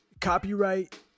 copyright